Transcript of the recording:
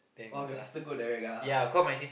oh your sister go direct ya